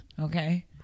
okay